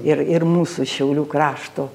ir ir mūsų šiaulių krašto